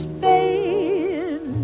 Spain